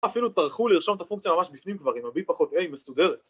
‫אפילו טרחו לרשום את הפונקציה ‫ממש בפנים כבר, אם ה-b פחות a מסודרת.